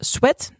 Sweat